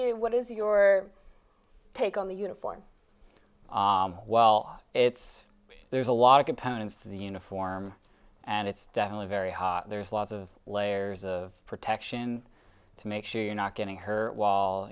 you what is your take on the uniforms well it's there's a lot of components to the uniform and it's definitely very hot there's lots of layers of protection to make sure you're not getting hurt while